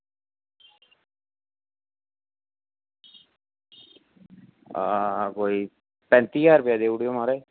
आं कोई पैंती ज्हार रपेआ देई ओड़ेओ म्हाराज